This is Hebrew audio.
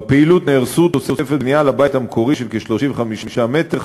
בפעילות נהרסו תוספת בנייה לבית המקורי של כ-35 מטר,